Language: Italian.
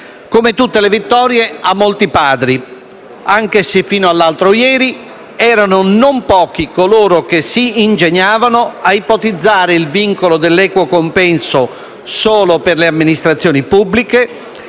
Come tutte le vittorie ha molti padri, anche se fino all'altro ieri erano non pochi coloro che si ingegnavano a ipotizzare il vincolo dell'equo compenso solo per le amministrazioni pubbliche,